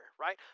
right